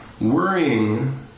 worrying